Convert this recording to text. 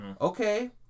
Okay